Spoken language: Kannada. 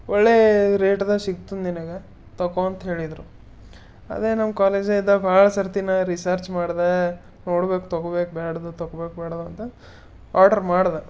ಒಳ್ಳೆ ರೇಟ್ದಾಗ ಸಿಕ್ತದ ನಿನಗೆ ತೊಗೋ ಅಂತೇಳಿದರು ಅದೇ ನಮ್ಮ ಕಾಲೇಜಿದ್ದಾಗ ಭಾಳ ಸರ್ತಿ ನಾ ರಿಸರ್ಚ್ ಮಾಡಿದೆ ನೋಡ್ಬೇಕು ತೊಗೋಬೇಕು ಬೇಡ್ದೋ ತೊಗೋಬೇಕು ಬೇಡ್ದೋ ಅಂತ ಆರ್ಡರ್ ಮಾಡ್ದೆ